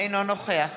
אינו נוכח